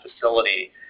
facility